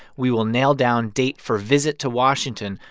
we will nail down date for visit to washington.